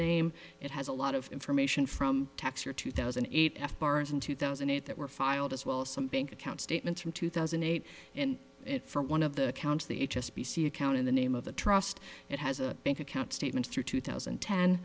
name it has a lot of information from tax year two thousand and eight f bars in two thousand and eight that were filed as well as some bank account statements from two thousand and eight and it for one of the accounts the h s b c account in the name of the trust it has a bank account statement through two thousand